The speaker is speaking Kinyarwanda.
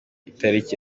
itariki